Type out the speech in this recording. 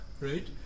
Right